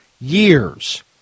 years